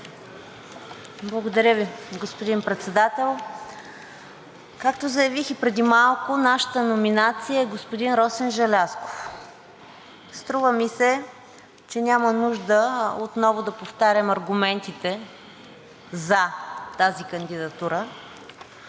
Благодаря Ви, господин Председател. Както заявих и преди малко, нашата номинация е господин Росен Желязков. Струва ми се, че няма нужда отново да повтарям аргументите за тази кандидатура,